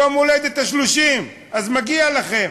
יום הולדת 30, אז מגיע לכם.